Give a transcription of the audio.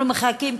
אנחנו מחכים.